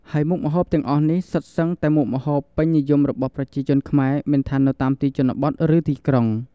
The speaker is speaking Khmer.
ហើយមុខម្ហូបទាំងអស់នេះសុទ្ធសឹងតែមុខម្ហូបពេញនិយមរបស់ប្រជាជនខ្មែរ មិនថានៅតាមទីជនបទ ឬទីក្រុង។